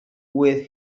with